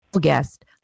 guest